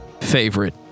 favorite